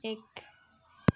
एक